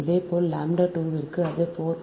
இதேபோல் λ 2 க்கு அது 0